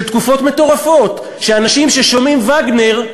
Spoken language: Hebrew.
של תקופות מטורפות, שאנשים ששומעים וגנר,